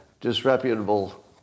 disreputable